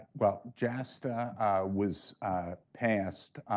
well jasta was passed,